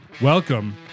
Welcome